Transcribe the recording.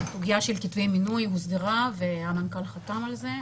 הסוגיה של כתבי מינוי הוסדרה, המנכ"ל חתם על זה.